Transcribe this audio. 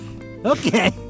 Okay